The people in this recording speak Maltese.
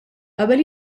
qabel